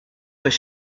was